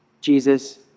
Jesus